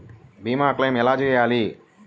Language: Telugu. భీమ క్లెయిం ఎలా చేయాలి?